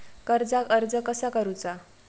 कर्जाक अर्ज कसा करुचा?